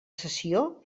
sessió